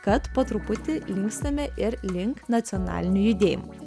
kad po truputį linkstame ir link nacionalinių judėjimų